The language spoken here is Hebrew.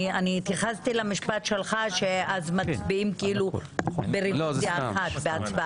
אני התייחסתי למשפט שלך שמצביעים בהצבעה אחת.